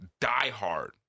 diehard